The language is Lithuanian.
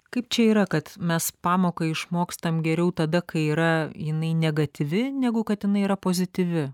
kaip čia yra kad mes pamoką išmokstam geriau tada kai yra jinai negatyvi negu kad jinai yra pozityvi